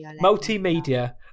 Multimedia